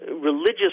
religious